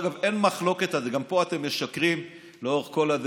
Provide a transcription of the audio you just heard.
דרך אגב,